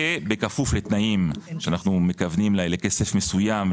ובכפוף לתנאים שאנו מכוונים לכסף מסוים,